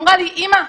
אמרה לי: אמא,